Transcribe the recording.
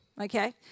okay